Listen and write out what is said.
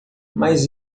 mas